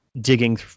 digging